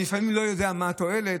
לפעמים אני לא יודע מה התועלת,